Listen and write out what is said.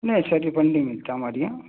نہیں سر بنڈ نہیں ملتا ہمارے یہاں